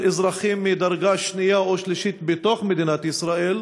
אזרחים מדרגה שנייה או שלישית בתוך מדינת ישראל,